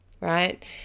right